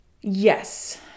Yes